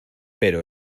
pero